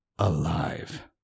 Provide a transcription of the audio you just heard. Alive